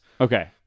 Okay